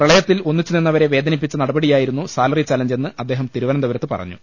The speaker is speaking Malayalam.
പ്രളയത്തിൽ ഒന്നിച്ചു നിന്നവരെ വേദനിപ്പിച്ച നടപടിയായിരുന്നു സാലറി ചലഞ്ചെന്ന് അദ്ദേഹം തിരുവനന്തപുരത്ത് പറഞ്ഞു